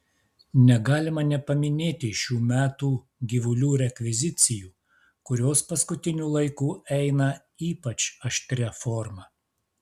negalima nepaminėti šių metų gyvulių rekvizicijų kurios paskutiniu laiku eina ypač aštria forma